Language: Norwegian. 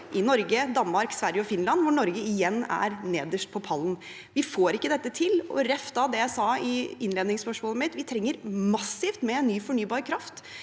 i Norge, Danmark, Sverige og Finland, hvor Norge igjen er nederst på pallen. Vi får ikke dette til. Som jeg sa i innledningsspørsmålet mitt: Vi trenger massivt med ny fornybar kraft,